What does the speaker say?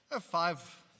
five